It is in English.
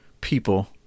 people